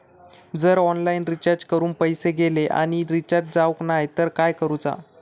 जर online recharge करून पैसे गेले आणि रिचार्ज जावक नाय तर काय करूचा?